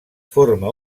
forma